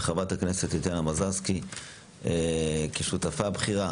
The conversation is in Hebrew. וחברת הכנסת טטיאנה מזרסקי כשותפה בכירה